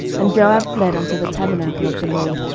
and joab fled unto the tabernacle of the lord,